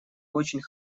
очень